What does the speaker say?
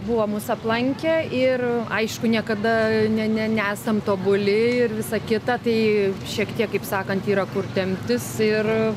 buvo mus aplankę ir aišku niekada ne ne nesam tobuli ir visa kita tai šiek tiek kaip sakant yra kur temptis ir